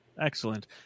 Excellent